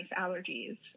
allergies